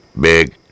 Big